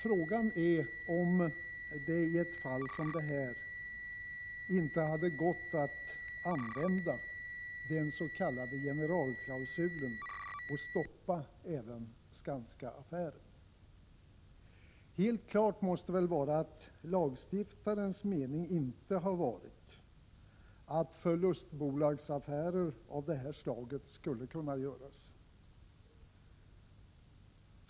Frågan är om det i ett fall som detta inte hade gått att använda dens.k. generalklausulen och stoppa även Skanska-affären. Helt klart måste väl vara att lagstiftarens mening inte varit att förlustbolagsaffärer av detta slag skall kunna göras.